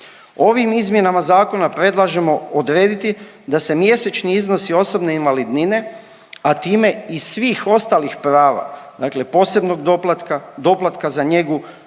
Ovim izmjenama zakona predlažemo odrediti da se mjesečni iznosi osobne invalidnine, a time i svih ostalih prava, dakle posebnog doplatka,